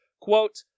Quote